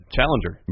Challenger